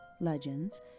legends